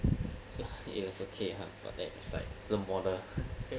yes okay hmm but that's like the border